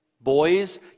boys